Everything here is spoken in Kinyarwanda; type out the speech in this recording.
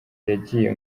yagiye